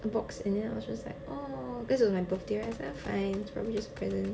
a box and then I was just like !aww! cause it was my birthday right so fine it's probably just a present